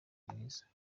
muzima